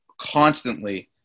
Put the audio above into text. constantly